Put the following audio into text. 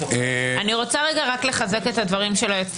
אני רוצה רגע רק לחזק את הדברים של היועצת